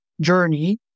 journey